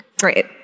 Great